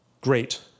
Great